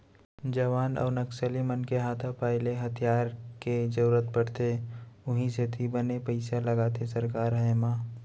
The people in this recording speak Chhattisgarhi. जवान अउ नक्सली मन के हाथापाई ले हथियार के जरुरत पड़थे उहीं सेती बने पइसा लगाथे सरकार ह एमा